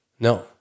no